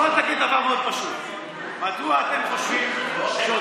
בוא תגיד דבר מאוד פשוט: מדוע אתם חושבים שאותו